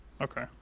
okay